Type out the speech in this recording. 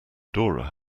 dora